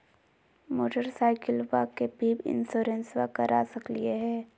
मोटरसाइकिलबा के भी इंसोरेंसबा करा सकलीय है?